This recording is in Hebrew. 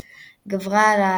מקסיקו וקנדה,